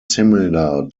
similar